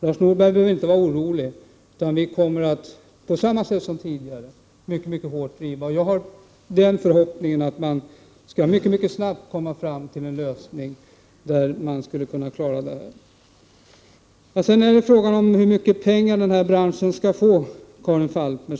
Lars Norberg behöver inte vara orolig. Vi kommer att på samma sätt som tidigare driva denna fråga mycket hårt. Jag har förhoppningen att man mycket snart skall kunna komma fram till en lösning för att klara detta. Karin Falkmer tog upp frågan om hur mycket pengar branschen skall få.